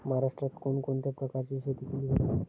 महाराष्ट्रात कोण कोणत्या प्रकारची शेती केली जाते?